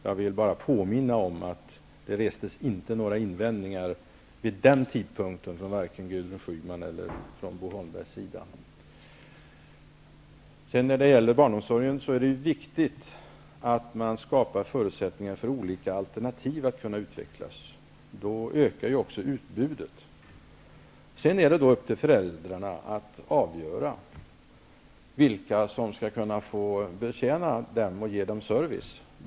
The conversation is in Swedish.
Jag vill bara påminna om att det vid den tidpunkten inte restes några invändningar vare sig från Gudrun Schymans eller från Bo Holmbergs sida. När det gäller barnomsorgen är det viktigt att man skapar sådana förutsättningar att olika alternativ kan utvecklas. Då ökar också utbudet. Sedan är det upp till föräldrarna att avgöra vilka som skall få betjäna dem och ge dem service.